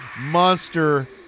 Monster